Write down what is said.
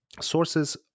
sources